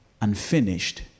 unfinished